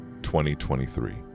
2023